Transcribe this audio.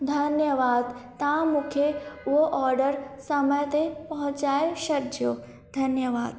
धन्यवाद तव्हां मूंखे उहो ऑडर समय ते पहुचाए छॾिजो धन्यवाद